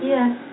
Yes